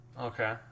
Okay